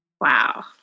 Wow